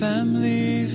Family